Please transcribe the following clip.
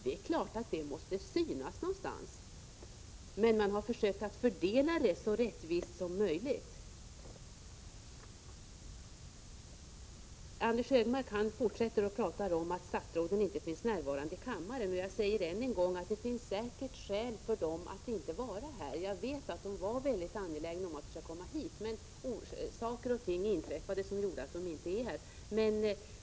Det är klart att det måste synas någonstans, men man har försökt fördela det så rättvist som möjligt. Anders G Högmark fortsätter att tala om att stadsråden inte finns närvarande i kammaren. Det finns säkert skäl för detta. Jag vet att de var väldigt angelägna att komma hit, men saker inträffade som gjorde att de inte kunde vara här.